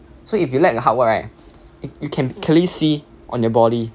so if you like the hardwork right you can clearly see on your body